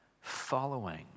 following